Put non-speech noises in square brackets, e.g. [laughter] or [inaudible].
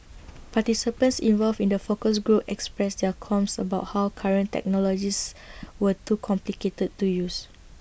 [noise] participants involved in the focus groups expressed their qualms about how current technologies were too complicated to use